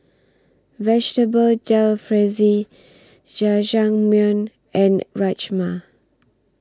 Vegetable Jalfrezi Jajangmyeon and Rajma